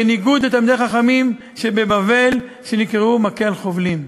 בניגוד לתלמידי חכמים שבבבל, שנקראו מקל חובלים,